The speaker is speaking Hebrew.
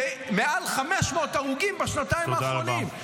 -- ומעל 500 הרוגים בשנתיים האחרונות.